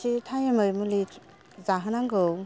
थि टाइमै मुलि जाहोनांगौ